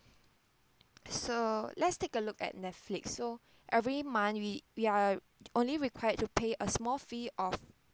so let's take a look at Netflix so every month we we are only required to pay a small fee of